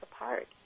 apart